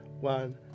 One